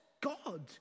God